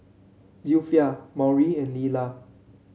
Zilpha Maury and Leila